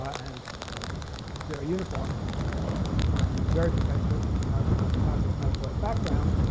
and it's very uniform where one could make very precise statements about the cosmic microwave background.